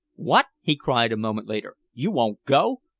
what! he cried a moment later. you won't go?